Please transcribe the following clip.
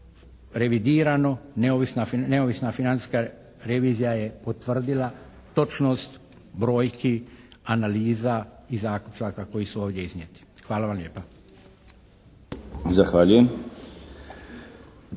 revidirano. Neovisna financijska revizija je potvrdila točnost brojki, analiza i zaključaka koji su ovdje iznijeti. Hvala vam lijepa.